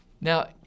Now